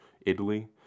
Italy